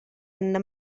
anna